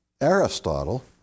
Aristotle